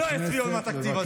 שלא יצביעו עם התקציב הזה.